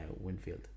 Winfield